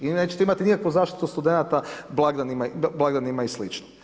Vi nećete imati nikakvu zaštitu studenata blagdanima i sl.